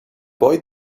boy